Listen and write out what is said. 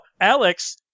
Alex